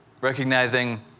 recognizing